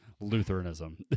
Lutheranism